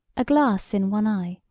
a glass in one eye,